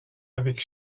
avec